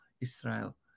Israel